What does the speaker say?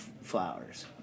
flowers